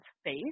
space